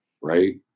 Right